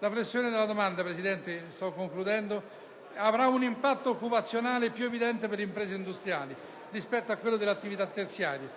La flessione della domanda di beni e servizi avrà un impatto occupazionale più evidente per le imprese industriali rispetto a quelle delle attività terziarie.